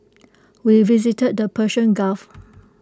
we visited the Persian gulf